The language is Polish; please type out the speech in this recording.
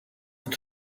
jest